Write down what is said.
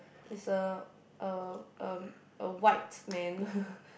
is a a um a white man